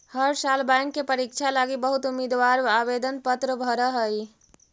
हर साल बैंक के परीक्षा लागी बहुत उम्मीदवार आवेदन पत्र भर हई